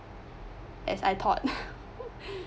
as I thought